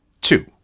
two